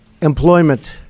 employment